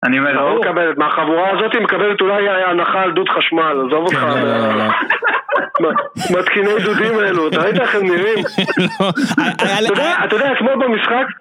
מהחבורה הזאתי מקבלת אולי הנחה על דוד חשמל, עזוב אותך על זה לא, לא, לא מתקיני דודים אלו, אתה ראית איך הם נראים לא אתה יודע, כמו במשחק